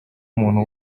umuntu